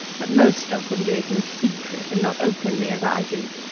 but most of them do it in secret, and not openly, as i do.